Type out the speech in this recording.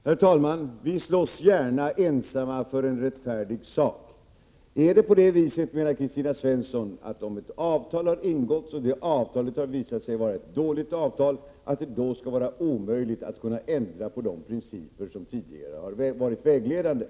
Herr talman! Vi slåss gärna ensamma för en rättfärdig sak! Skall det, Kristina Svensson, vara omöjligt att ändra på de principer som tidigare varit vägledande, om det visar sig att det avtal som ingåtts är ett dåligt avtal?